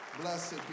Blessed